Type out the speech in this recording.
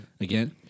Again